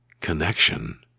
connection